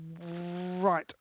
right